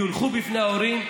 הם יונחו בפני ההורים,